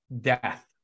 Death